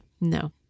No